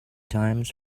times